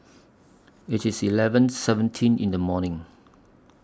IT IS eleven seventeen in The evening